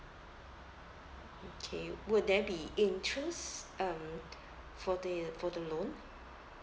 okay would there be interest um for the for the loan